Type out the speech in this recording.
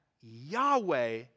Yahweh